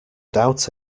doubt